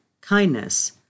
kindness